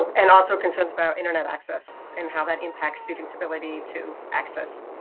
and also concerns about internet access, and how that impacts students' ability to access,